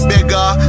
Bigger